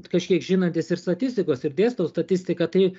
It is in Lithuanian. kažkiek žinantis ir statistikos ir dėstau statistiką tai